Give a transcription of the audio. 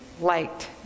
liked